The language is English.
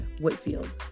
Whitfield